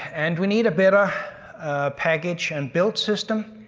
and we need a better package and build system.